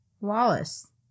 Wallace